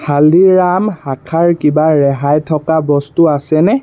হালদিৰাম শাখাৰ কিবা ৰেহাই থকা বস্তু আছেনে